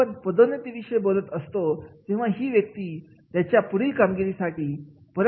आपण पदोन्नती विषयी बोलत असतो ही त्या व्यक्तीची पुढील कामगिरी असते